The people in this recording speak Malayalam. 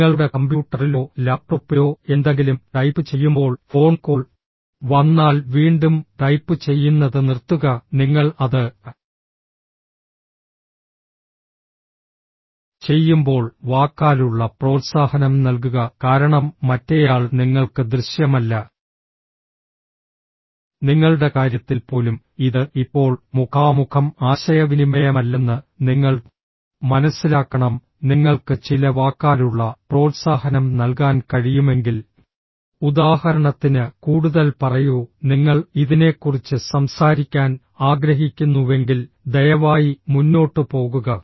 നിങ്ങളുടെ കമ്പ്യൂട്ടറിലോ ലാപ്ടോപ്പിലോ എന്തെങ്കിലും ടൈപ്പ് ചെയ്യുമ്പോൾ ഫോൺ കോൾ വന്നാൽ വീണ്ടും ടൈപ്പ് ചെയ്യുന്നത് നിർത്തുക നിങ്ങൾ അത് ചെയ്യുമ്പോൾ വാക്കാലുള്ള പ്രോത്സാഹനം നൽകുക കാരണം മറ്റേയാൾ നിങ്ങൾക്ക് ദൃശ്യമല്ല നിങ്ങളുടെ കാര്യത്തിൽ പോലും ഇത് ഇപ്പോൾ മുഖാമുഖം ആശയവിനിമയമല്ലെന്ന് നിങ്ങൾ മനസ്സിലാക്കണം നിങ്ങൾക്ക് ചില വാക്കാലുള്ള പ്രോത്സാഹനം നൽകാൻ കഴിയുമെങ്കിൽ ഉദാഹരണത്തിന് കൂടുതൽ പറയൂ നിങ്ങൾ ഇതിനെക്കുറിച്ച് സംസാരിക്കാൻ ആഗ്രഹിക്കുന്നുവെങ്കിൽ ദയവായി മുന്നോട്ട് പോകുക